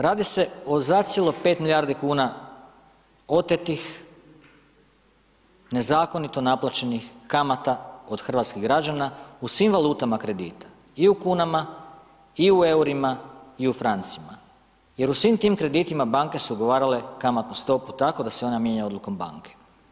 Radi se o zacijelo 5 milijardi kuna otetih, nezakonito naplaćenih kamata od hrvatskih građana u svim valutama kredita i u kunama i u eurima i u francima jer u svim tim kreditima banke su ugovarale kamatnu stopu tako da se ona mijenja odlukom banke.